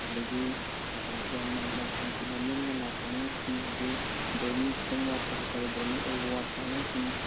ꯑꯗꯨꯗꯒꯤ ꯌꯥꯝꯅ ꯃꯥꯔꯛ ꯍꯟꯊꯅ ꯅꯦꯝꯅ ꯂꯥꯛꯄ ꯑꯉꯥꯡꯁꯤꯡ ꯑꯗꯨ ꯕ꯭ꯔꯦꯅꯤ ꯈꯤꯇꯪ ꯋꯥꯠꯄ ꯍꯥꯏꯇꯥꯔꯦ ꯕ꯭ꯔꯦꯅꯤ ꯑꯣꯏꯕ ꯋꯥꯠꯄ ꯑꯉꯥꯡꯁꯤꯡ